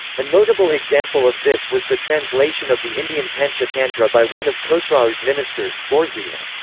a notable example of this was the translation of the indian panchatantra by one of khosrau's ministers borzuya.